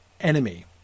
enemy